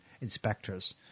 inspectors